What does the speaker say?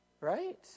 Right